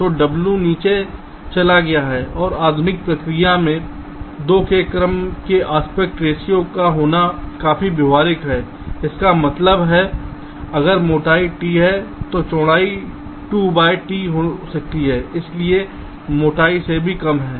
तो डब्ल्यू नीचे चला गया है और आधुनिक प्रक्रियाओं में 2 के क्रम के एस्पेक्ट रेशों का होना काफी व्यावहारिक है इसका मतलब है अगर मोटाई t है तो चौड़ाई 2 बाय t हो सकती है इसलिए मोटाई से भी कम है